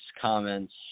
comments